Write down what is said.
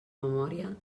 memòria